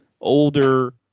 older